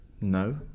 No